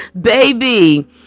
baby